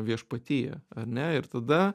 viešpatiją ar ne ir tada